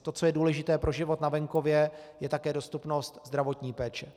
To, co je důležité pro život na venkově, je také dostupnost zdravotní péče.